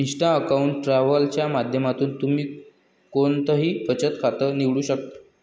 Insta account travel च्या माध्यमातून तुम्ही कोणतंही बचत खातं निवडू शकता